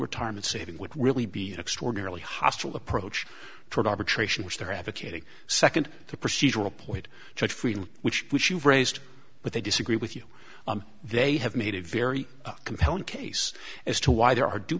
retirement saving would really be an extraordinarily hostile approach toward arbitration which they're advocating second the procedural point judge freedom which which you've raised but they disagree with you they have made a very compelling case as to why there are due